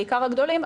בעיקר הגדולים,